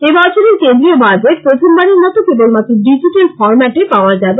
এই বছরের কেন্দ্রীয় বাজেট প্রথমবারের মতো কেবলমাত্র ডিজিট্যাল ফরম্যাটে পাওয়া যাবে